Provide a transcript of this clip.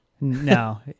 No